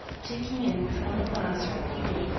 taking in with one glance her beauty,